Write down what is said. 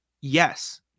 yes